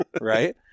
right